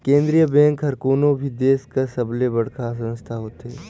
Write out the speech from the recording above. केंद्रीय बेंक हर कोनो भी देस कर सबले बड़खा संस्था होथे